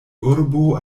urbo